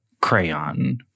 crayon